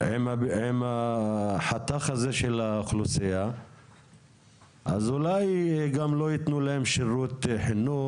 עם החתך הזה של האוכלוסייה אז אולי גם לא יתנו להם שירותי חינוך,